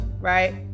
right